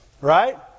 right